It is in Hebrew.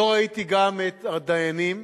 לא ראיתי גם את הדיינים.